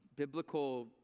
Biblical